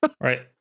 Right